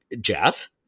Jeff